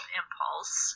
impulse